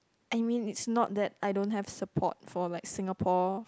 I mean it's not that I don't have support for like Singapore